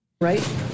Right